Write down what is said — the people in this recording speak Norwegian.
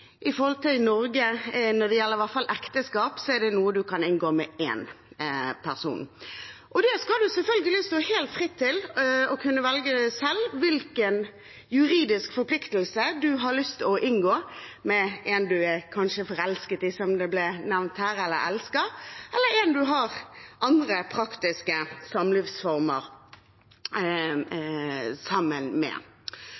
I Norge er det slik at når det gjelder ekteskap, er det noe man kan inngå med én person. Og en skal selvfølgelig stå helt fritt til å kunne velge selv hvilken juridisk forpliktelse en har lyst til å inngå, med en du kanskje er forelsket i, som det ble nevnt her, eller elsker, eller en som man har andre praktiske samlivsformer